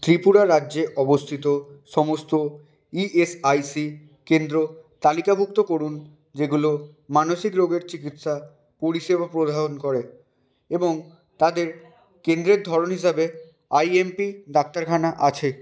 ত্রিপুরা রাজ্যে অবস্থিত সমস্ত ইএসআইসি কেন্দ্র তালিকাভুক্ত করুন যেগুলো মানসিক রোগের চিকিৎসা পরিষেবা প্রদান করে এবং তাদের কেন্দ্রের ধরন হিসাবে আইএমপি ডাক্তারখানা আছে